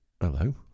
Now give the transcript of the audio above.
Hello